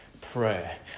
prayer